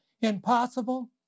impossible